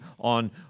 on